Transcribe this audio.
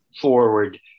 forward